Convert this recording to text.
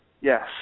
Yes